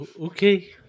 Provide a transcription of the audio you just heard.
Okay